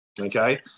Okay